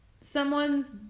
Someone's